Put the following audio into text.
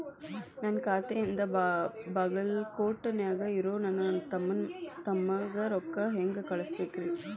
ನನ್ನ ಖಾತೆಯಿಂದ ಬಾಗಲ್ಕೋಟ್ ನ್ಯಾಗ್ ಇರೋ ನನ್ನ ತಮ್ಮಗ ರೊಕ್ಕ ಹೆಂಗ್ ಕಳಸಬೇಕ್ರಿ?